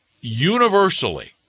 universally